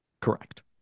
Correct